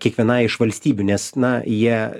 kiekvienai iš valstybių nes na jie